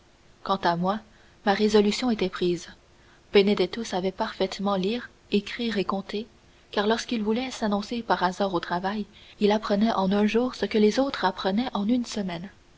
quant à moi ma résolution était prise benedetto savait parfaitement lire écrire et compter car lorsqu'il voulait s'adonner par hasard au travail il apprenait en un jour ce que les autres apprenaient en une semaine